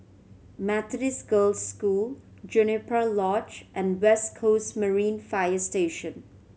Methodist Girls' School Juniper Lodge and West Coast Marine Fire Station